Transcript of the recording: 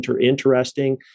interesting